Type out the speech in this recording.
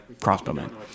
crossbowmen